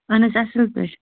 اہن حظ اصٕل پٲٹھۍ